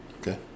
Okay